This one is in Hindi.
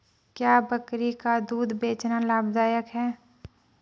क्या बकरी का दूध बेचना लाभदायक है?